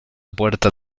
puerta